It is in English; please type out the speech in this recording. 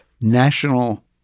National